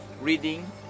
reading